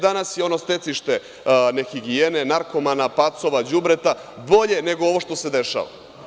Danas je ono stecište nehigijene, narkomana, pacova, đubreta bolje nego ovo što se dešava.